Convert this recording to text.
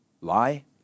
lie